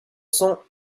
cents